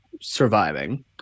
surviving